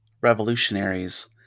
revolutionaries